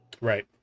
Right